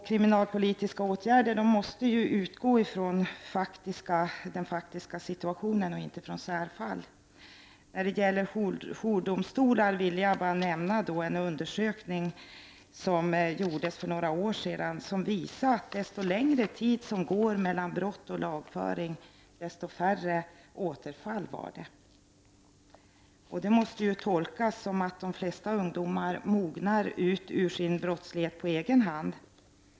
Kriminalpolitiska åtgärder måste utgå från den faktiska situationen och inte från särfall. När det gäller jourdomstolar vill jag bara hänvisa till en undersökning som gjordes för några år sedan och som visar att ju längre tid som går mellan brott och lagföring, desto färre blir återfallen. Detta måste ju tolkas så, att de flesta ungdomar mognar ut ur sin brottslighet på egen hand.